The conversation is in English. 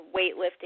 weightlifting